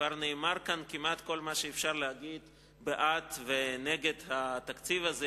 וכבר נאמר כאן כמעט כל מה שאפשר להגיד בעד ונגד התקציב הזה,